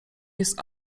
jest